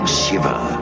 shiver